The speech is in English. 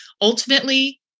Ultimately